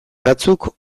batzuk